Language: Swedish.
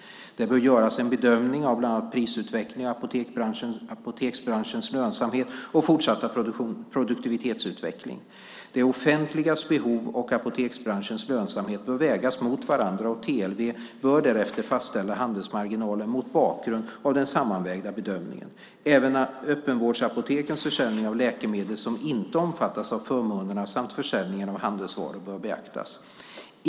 Det bör göras en bedömning av bland annat prisutveckling, apoteksbranschens lönsamhet och fortsatta produktivitetsutveckling. Det offentligas behov och apoteksbranschens lönsamhet bör vägas mot varandra, och TLV bör därefter fastställa handelsmarginalen mot bakgrund av den sammanvägda bedömningen. Även öppenvårdsapotekens försäljning av läkemedel som inte omfattas av förmånerna samt försäljningen av handelsvaror bör beaktas.